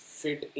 fit